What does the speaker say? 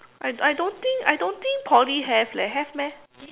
I I don't think I don't think Poly have leh have meh